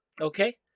Okay